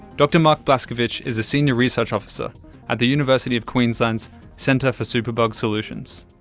dr mark blaskovich is a senior research officer at the university of queensland's centre for superbug solutions.